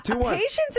Patience